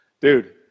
Dude